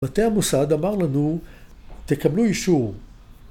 ‫מטה המוסד אמר לנו, ‫תקבלו אישור.